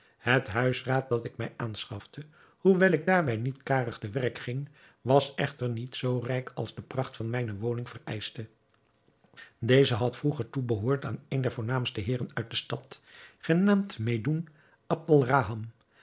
het huisraad dat ik mij aanschafte hoewel ik daarbij niet karig te werk ging was echter niet zoo rijk als de pracht van mijne woning vereischte deze had vroeger toebehoord aan een der voornaamste heeren uit de stad genaamd medoun